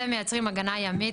ומייצרים הגנה ימית,